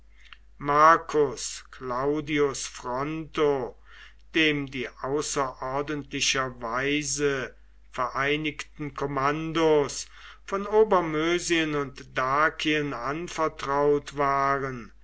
marcus claudius fronto dem die außerordentlicherweise vereinigten kommandos von obermösien und dakien anvertraut waren